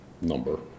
number